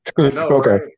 Okay